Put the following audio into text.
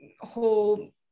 whole